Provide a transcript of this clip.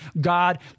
God